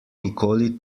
nikoli